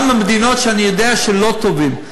גם לא ממדינות שאני יודע ששם הם לא טובים.